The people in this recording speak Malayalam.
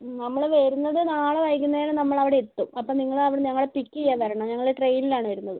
നമ്മൾ വരുന്നത് നാളെ വൈകുന്നേരം നമ്മളവിടെയെത്തും അപ്പം നിങ്ങൾ അവിടെ ഞങ്ങളെ പിക്ക് ചെയ്യാൻ വരണം ഞങ്ങൾ ട്രെയിനിലാണ് വരുന്നത്